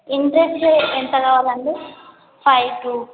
interest ఎంత కావాలండి five to